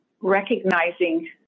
recognizing